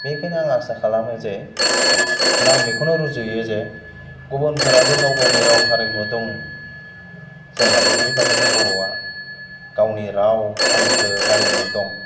बेखायनो आं आसा खालामो जे बा आं बेखौनो रुजुयो जे गुबुनफोराबो गाव गावनि राव हारिमु दं जोंहाबो बे बादिनो बर'आ गावनि राव हांखो हारिमु दं